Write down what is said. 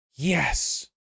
Yes